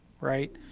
right